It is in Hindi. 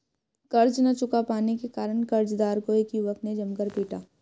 कर्ज ना चुका पाने के कारण, कर्जदार को एक युवक ने जमकर पीटा